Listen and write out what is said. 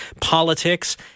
Politics